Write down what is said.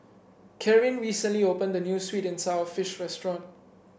Karyn recently opened a new sweet and sour fish restaurant